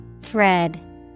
Thread